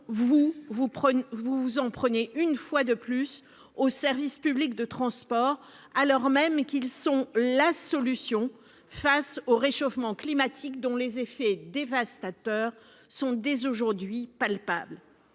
vous vous en prenez une fois de plus aux services publics de transports, alors même qu'ils sont la solution face au réchauffement climatique, dont les effets dévastateurs sont dès aujourd'hui palpables.